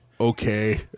Okay